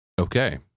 Okay